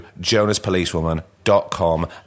jonaspolicewoman.com